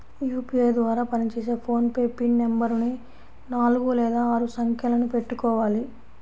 UPI ద్వారా పనిచేసే PhonePe PIN నెంబరుని నాలుగు లేదా ఆరు సంఖ్యలను పెట్టుకోవాలి